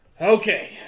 Okay